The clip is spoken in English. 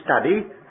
study